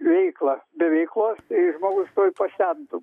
veiklą be veiklos tai žmogus tuoj pasentum